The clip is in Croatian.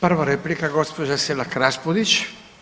Prva replika, gđa. Selak Raspudić.